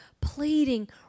pleading